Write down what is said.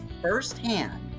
firsthand